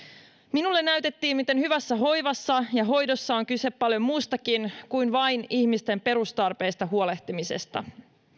minulle näytettiin miten hyvässä hoivassa ja hoidossa on kyse paljon muustakin kuin vain ihmisten perustarpeista huolehtimisesta